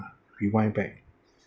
rewind back